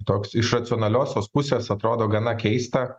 toks iš racionaliosios pusės atrodo gana keista